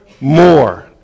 more